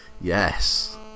Yes